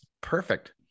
perfect